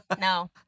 No